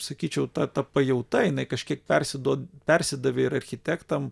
sakyčiau ta ta pajauta jinai kažkiek persiduoda persidavė ir architektam